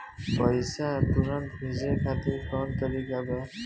पैसे तुरंत भेजे खातिर कौन तरीका बा?